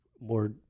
more